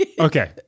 Okay